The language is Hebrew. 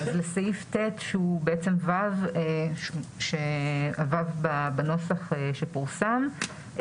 לסעיף (ט) שהוא בעצם (ו) בנוסח שפורסם.